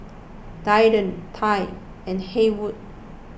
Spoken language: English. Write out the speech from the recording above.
Delton Tye and Haywood